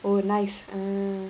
oh nice oh